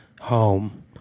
home